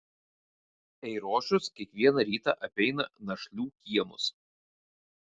eirošius kiekvieną rytą apeina našlių kiemus